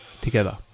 together